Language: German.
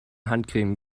handcreme